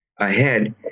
ahead